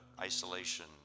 isolation